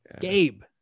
Gabe